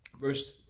verse